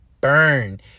burn